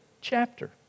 chapter